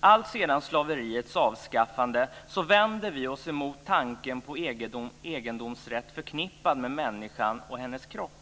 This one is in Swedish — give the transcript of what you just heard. Alltsedan slaveriets avskaffande vänder vi oss emot tanken på en egendomsrätt förknippad med människan och hennes kropp.